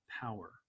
power